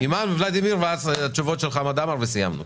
אימאן, ולדימיר, ואז תשובות של חמד עמאר וסיימנו.